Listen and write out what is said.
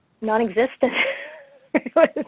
non-existent